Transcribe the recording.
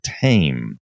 tame